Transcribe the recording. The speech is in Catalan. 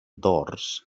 dors